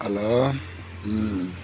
hello ம்